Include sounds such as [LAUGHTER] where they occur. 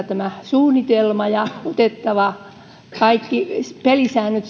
[UNINTELLIGIBLE] tämä suunnitelma ja tehtävä kaikki pelisäännöt [UNINTELLIGIBLE]